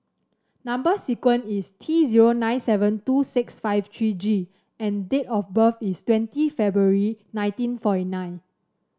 number sequence is T zero nine seven two six five three G and date of birth is twenty February nineteen forty nine